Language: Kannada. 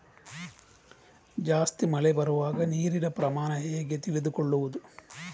ಜಾಸ್ತಿ ಮಳೆ ಬರುವಾಗ ನೀರಿನ ಪ್ರಮಾಣ ಹೇಗೆ ತಿಳಿದುಕೊಳ್ಳುವುದು?